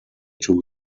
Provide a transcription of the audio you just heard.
two